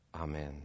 Amen